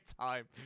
time